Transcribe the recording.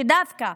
שדווקא